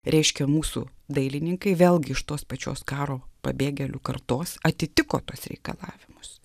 reiškia mūsų dailininkai vėlgi iš tos pačios karo pabėgėlių kartos atitiko tuos reikalavimus